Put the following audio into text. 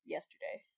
Yesterday